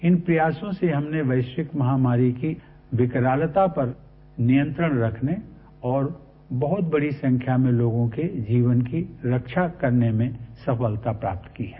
इन प्रयासों से हमने वैश्विक महामारी के विकरालता पर नियंत्रण करने और बहुत बड़ी संख्या में लोगों के जीवन की रक्षा करने में सफलता प्राप्त की है